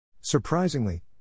Surprisingly